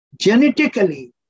Genetically